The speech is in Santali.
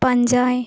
ᱯᱟᱸᱡᱟᱭ